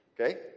okay